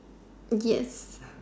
yes